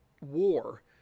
war